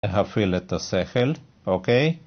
להפעיל את השכל, אוקיי?